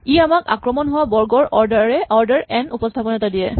ই আমাক আক্ৰমণ হোৱা বৰ্গৰ অৰ্ডাৰ এন উপস্হাপন এটা দিয়ে